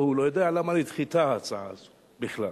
לא יודע למה נדחתה ההצעה הזו בכלל,